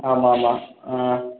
ஆமாம் ஆமாம் ஆ